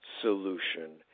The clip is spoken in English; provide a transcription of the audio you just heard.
solution